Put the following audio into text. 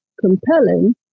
compelling